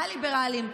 ה-ליברלים,